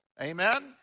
Amen